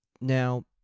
Now